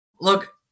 Look